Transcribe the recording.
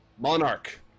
Monarch